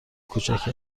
کوچک